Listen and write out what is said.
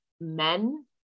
men